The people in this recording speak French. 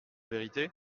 vérité